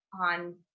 on